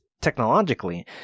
technologically